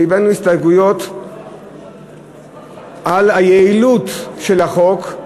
הבאנו הסתייגויות על היעילות של החוק,